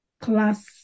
class